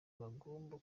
bagomba